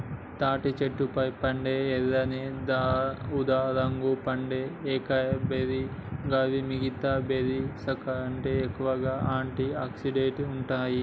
తాటి చెట్లపై పండే ఎర్రని ఊదారంగు పండ్లే ఏకైబెర్రీస్ గివి మిగితా బెర్రీస్కంటే ఎక్కువగా ఆంటి ఆక్సిడెంట్లు ఉంటాయి